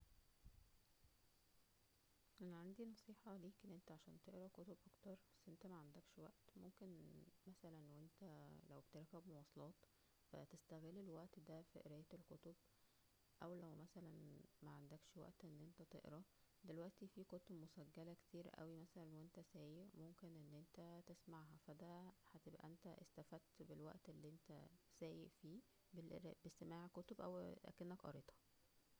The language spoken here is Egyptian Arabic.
انا عندى نصيحة ليك ان انت عشان تقرا كتب اكتر بس انت معندكش وقت, ممكن مثلا وانت لو بتركب مواصلات ,فا تستغل الوقت دا فى قراية الكتب او لو مثلا معندكش وقت ان انت تقرا, دلوقتى فى كتب مسجلة كتير اوى مثلا وانت سايق ممكن ان انت تسمعها فا دا هتبقى انت استفدت بالوقت اللى انت سايق فيه بالقراي- او بسماع الكتب او اكنك قراتها